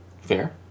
Fair